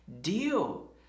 deal